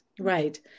right